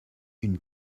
une